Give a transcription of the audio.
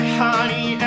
honey